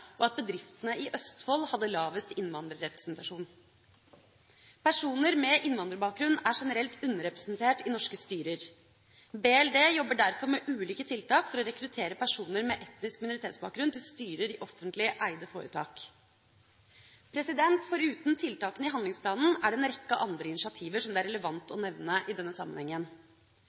og at bedriftene i Østfold hadde lavest innvandrerrepresentasjon. Personer med innvandrerbakgrunn er generelt underrepresentert i norske styrer. Barne-, likestillings- og inkluderingsdepartementet jobber derfor med ulike tiltak for å rekruttere personer med etnisk minoritetsbakgrunn til styrer i offentlig eide foretak. Foruten tiltakene i handlingsplanen er det en rekke andre initiativer som det er relevant å nevne i denne sammenhengen: